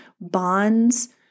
bonds